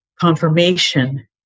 confirmation